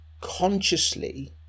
consciously